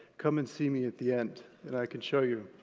come and see me at the end and i can show you.